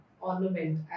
ornament